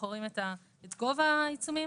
בוחרים את גובה העיצומים